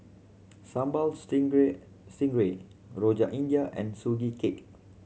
Sambal Stingray stingray Rojak India and Sugee Cake